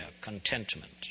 contentment